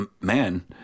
man